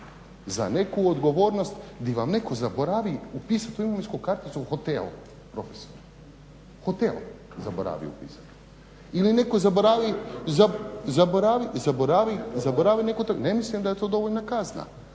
Za neku odgovornost gdje vam netko zaboravi upisati u imovinsku karticu hotel profesore, hotel zaboravi upisati. Ili netko zaboravi neku … ne mislim da je to dovoljna kazna.